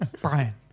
Brian